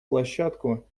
площадку